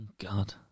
God